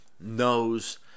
knows